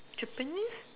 Japanese